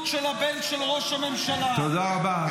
של הבן של ראש הממשלה -- תודה רבה.